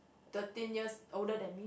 thirteen years older than me